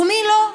ומי לא.